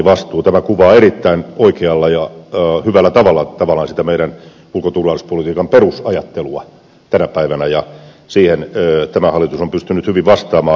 tämä kuvaa erittäin oikealla ja hyvällä tavalla meidän ulko ja turvallisuuspolitiikan perusajattelua tänä päivänä ja siihen tämä hallitus on pystynyt hyvin vastaamaan